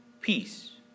peace